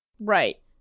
Right